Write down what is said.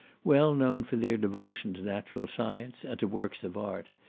well known for their devotion to natural science, and to works of art.